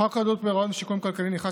חוק חדלות פירעון ושיקום כלכלי נכנס